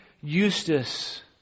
Eustace